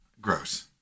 gross